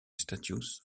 status